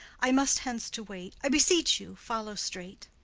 i must hence to wait. i beseech you follow straight.